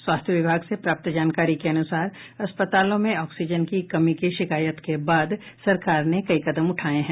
स्वास्थ्य विभाग से प्राप्त जानकारी के अनुसार अस्पतालों में ऑक्सीजन की कमी की शिकायत के बाद सरकार ने कई कदम उठाये हैं